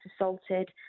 assaulted